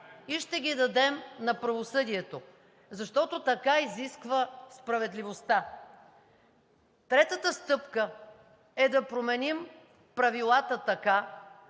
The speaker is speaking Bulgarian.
и ще ги дадем на правосъдието, защото така изисква справедливостта. Третата стъпка е да променим правилата така,